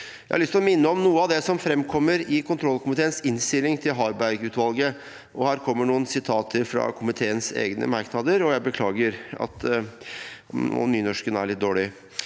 til å minne om noe av det som framkommer i kontrollkomiteens innstilling til Harberg-utvalget. Her kommer noen sitater fra komiteens egne merknader, og jeg beklager om nynorsken er litt dårlig: